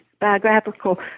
biographical